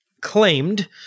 claimed